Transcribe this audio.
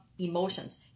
Emotions